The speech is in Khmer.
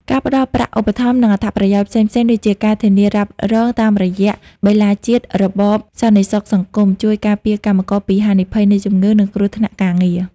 ការផ្ដល់ប្រាក់ឧបត្ថម្ភ និងអត្ថប្រយោជន៍ផ្សេងៗដូចជាការធានារ៉ាប់រងតាមរយៈបេឡាជាតិរបបសន្តិសុខសង្គម ជួយការពារកម្មករពីហានិភ័យនៃជំងឺ និងគ្រោះថ្នាក់ការងារ។